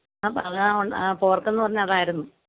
ആഹ് അതാ പോര്ക്ക് എന്ന് പറഞ്ഞാൽ അതായിരുന്നു